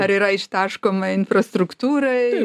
ar yra ištaškoma infrastruktūrai